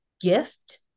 gift